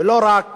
ולא רק